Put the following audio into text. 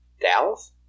Dallas